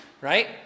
Right